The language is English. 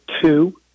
two